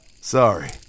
sorry